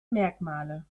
merkmale